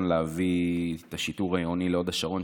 להביא את השיטור העירוני להוד השרון.